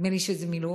נדמה לי שזה מילועוף,